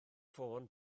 ffôn